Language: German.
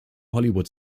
hollywood